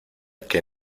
que